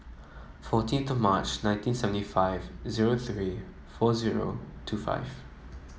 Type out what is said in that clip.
fourteen to March nineteen seventy five zero three four zero two five